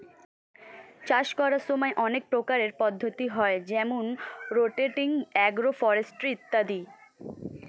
চাষ করার সময় অনেক প্রকারের পদ্ধতি হয় যেমন রোটেটিং, এগ্রো ফরেস্ট্রি ইত্যাদি